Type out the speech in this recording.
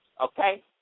okay